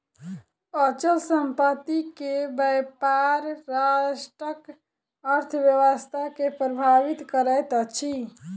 अचल संपत्ति के व्यापार राष्ट्रक अर्थव्यवस्था के प्रभावित करैत अछि